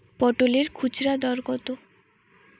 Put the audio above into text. পটলের খুচরা দর কত?